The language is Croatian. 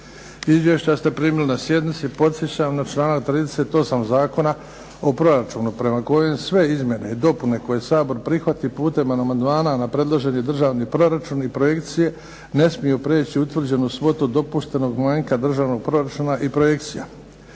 Izvješća ste primili na sjednici. Podsjećam na članak 38. Zakona o proračunu prema kojem sve izmjene i dopune koje Sabor prihvati putem amandmana na predloženi državni proračun i projekcije ne smiju prijeći utvrđenu svotu od dopuštenog manjka državnog proračuna i projekcija.